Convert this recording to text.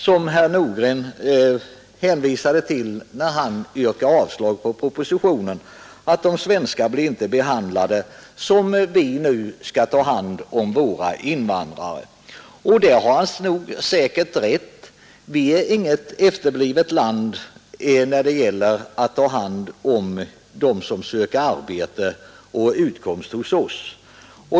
När herr Nordgren yrkade avslag på propositionen hänvisade han till att svenskar inte blir behandlade på det sätt på vilket vi nu skall ta hand om våra invandrare. Det har han säkert rätt i; vi är inget efterblivet land när det gäller att ta hand om dem som söker arbete och utkomst hos oss.